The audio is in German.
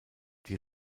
die